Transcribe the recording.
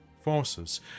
forces